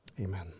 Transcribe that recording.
Amen